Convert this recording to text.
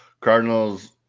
Cardinals